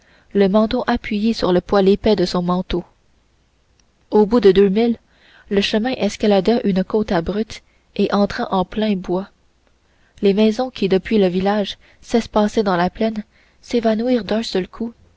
le menton appuyé sur le poil épais de son manteau au bout de deux milles le chemin escalada une côte abrupte et entra en plein bois les maisons qui depuis le village s'espaçaient dans la plaine s'évanouirent d'un seul coup